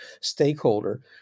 stakeholder